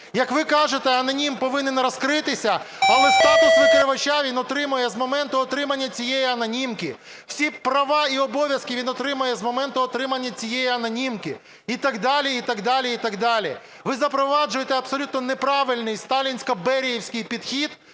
Як ви кажете, анонім повинен розкритися. Але статус викривача він отримує з моменту отримання цієї анонімки. Всі права і обов'язки він отримує з моменту отримання цієї анонімки і так далі, і так далі, і так далі. Ви запроваджуєте абсолютно неправильний сталінсько-берієвський підхід